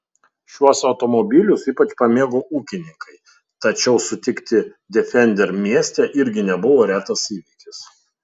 šiuos automobilius ypač pamėgo ūkininkai tačiau sutikti defender mieste irgi nebuvo retas įvykis